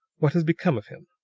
what has become of him.